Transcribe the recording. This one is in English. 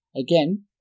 again